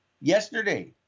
yesterday